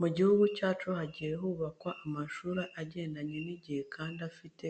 Mu gihugu cyacu hagiye hubakwa amashuri agendanye n'igihe kandi afite